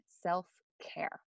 self-care